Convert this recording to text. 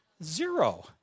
Zero